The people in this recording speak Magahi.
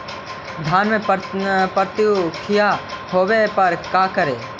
धान मे पत्सुखीया होबे पर का करि?